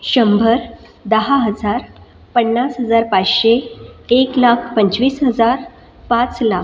शंभर दहा हजार पन्नास हजार पाचशे एक लाख पंचवीस हजार पाच लाख